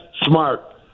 smart